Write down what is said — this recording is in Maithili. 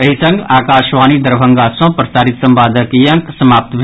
एहि संग आकाशवाणी दरभंगा सँ प्रसारित संवादक ई अंक समाप्त भेल